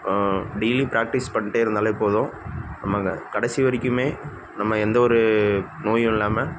டெய்லியும் ப்ராக்டிஸ் பண்ணிகிட்டே இருந்தாலே போதும் ஆமாங்க கடைசி வரைக்குமே நம்ம எந்த ஒரு நோயும் இல்லாமல்